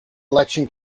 election